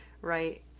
Right